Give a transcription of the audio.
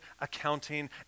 accounting